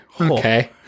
okay